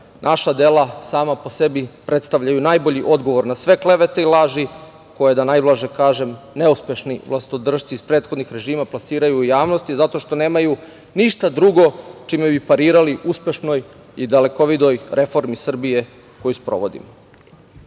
Naša dela sama po sebi predstavljaju najbolji odgovor na sve klevete i laži koje, da najblaže kažem, neuspešni vlastodršci iz prethodnih režima plasiraju u javnosti, zato što nemaju ništa drugo čime bi parirali uspešnoj i dalekovidoj reformi Srbije koju sprovodimo. Da